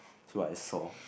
so I saw